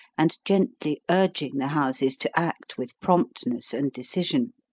and gently urging the houses to act with promptness and decision.